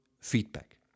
feedback